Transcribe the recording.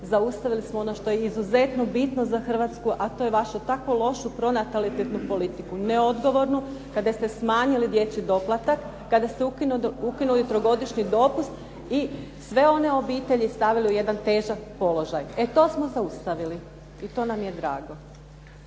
zaustavili smo ono što je izuzetno bitno za Hrvatsku, a to je vašu tako lošu pronatalitetnu politiku. Neodgovorno kada ste smanjili dječji doplatak, kada ste ukinuli trogodišnji dopust i sve one obitelji stavili u jedan težak položaj. E to smo zaustavili i to nam je drago.